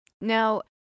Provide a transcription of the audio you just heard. Now